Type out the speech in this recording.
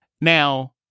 Now